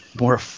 more